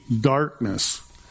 darkness